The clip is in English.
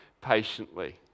patiently